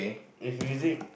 if music